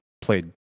played